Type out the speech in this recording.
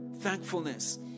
thankfulness